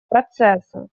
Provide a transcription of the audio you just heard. процесса